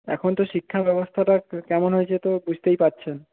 এখন তো শিক্ষা ব্যবস্থাটা কেমন হয়েছে তো বুঝতেই পারছেন